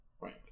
Right